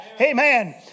Amen